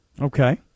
Okay